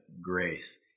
grace